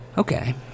Okay